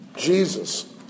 Jesus